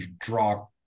draw